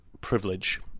privilege